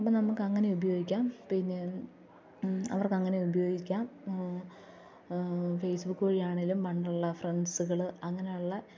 അപ്പം നമുക്കങ്ങനെ ഉപയോഗിക്കാം പിന്നെ അവര്ക്കങ്ങനെ ഉപയോഗിക്കാം ഫേസ്ബുക്ക് വഴിയാണെങ്കിലും പണ്ടുള്ള ഫ്രണ്ട്സുകൾ അങ്ങനെയുള്ള